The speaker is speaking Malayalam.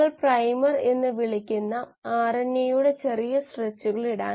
അതിനാൽ ഈ പ്രത്യേക നെറ്റ്വർക്കിലേക്ക് ഒന്നും ചെയ്യാത്തപ്പോൾ ഇത് ബ്രാഞ്ചിംഗ് ആണ്